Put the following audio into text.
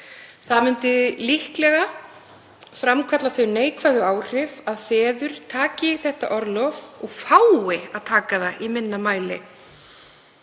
Það myndi líklega framkalla þau neikvæðu áhrif að feður taki þetta orlof, og fái að taka það, í minna mæli.